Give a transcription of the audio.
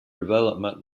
development